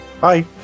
Bye